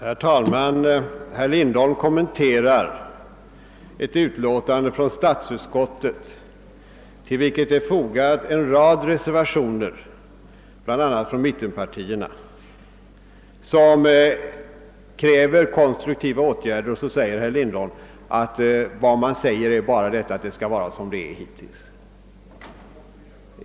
Herr talman! Herr Lindholm kom menterar ett utlåtande från statsutskottet, till vilket har fogats en rad reservationer bl.a. av mittenpartierna i vilka de kräver konstruktiva åtgärder, och så säger herr Lindholm att vad man där sagt är bara att det hela skall vara som det varit hittills.